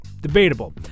Debatable